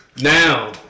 Now